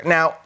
Now